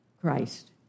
Christ